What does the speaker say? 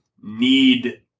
need